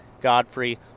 Godfrey